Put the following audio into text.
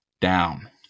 down